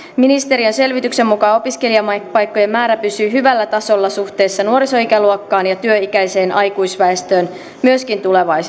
ministeriön selvityksen mukaan opiskelijapaikkojen määrä pysyy hyvällä tasolla suhteessa nuorisoikäluokkaan ja työikäiseen aikuisväestöön myöskin